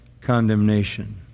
condemnation